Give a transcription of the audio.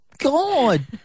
God